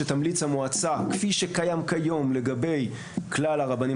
שתמליץ המועצה כפי שקיים כיום לגבי כלל הרבנים